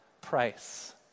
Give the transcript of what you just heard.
price